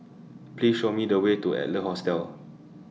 Please Show Me The Way to Adler Hostel